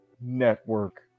Network